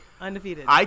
Undefeated